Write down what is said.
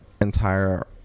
Entire